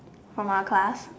from our class